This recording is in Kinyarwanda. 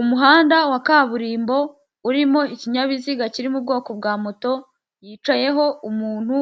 Umuhanda wa kaburimbo urimo ikinyabiziga kiri mu bwoko bwa moto yicayeho umuntu,